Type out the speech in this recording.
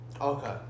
Okay